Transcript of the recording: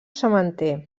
sementer